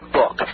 book